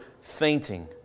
fainting